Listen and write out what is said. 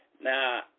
Now